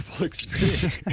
experience